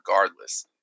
regardless